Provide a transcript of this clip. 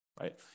right